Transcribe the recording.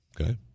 Okay